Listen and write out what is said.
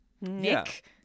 Nick